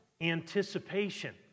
anticipation